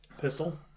Pistol